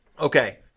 Okay